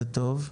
זה טוב.